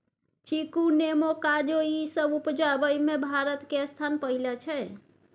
चीकू, नेमो, काजू ई सब उपजाबइ में भारत के स्थान पहिला छइ